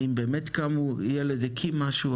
האם באמת ילד הקים משהו,